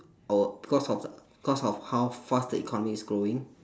oh because of because of how fast the economy is growing